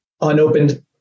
unopened